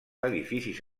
edificis